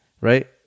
Right